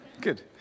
Good